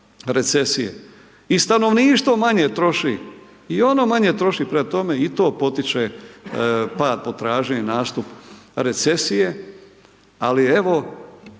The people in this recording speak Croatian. recesije. I stanovništvo manje troši, i ono manje troši, prema tome i to potiče pad potražnje i nastup recesije, ali evo,